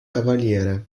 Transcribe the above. cavaliere